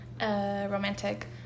romantic